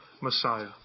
Messiah